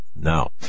Now